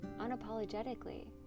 unapologetically